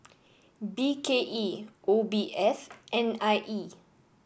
B K E O B S N I E